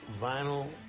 vinyl